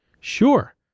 Sure